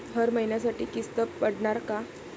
हर महिन्यासाठी किस्त पडनार का?